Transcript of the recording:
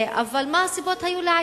אבל מה היו הסיבות לעיכוב?